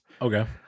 Okay